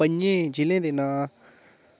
पंजें जि'ले दे नांऽ